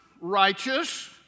righteous